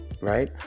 right